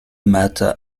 matter